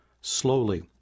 slowly